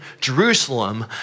Jerusalem